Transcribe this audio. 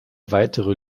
weitere